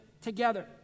together